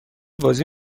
بازی